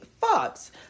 fox